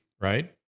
right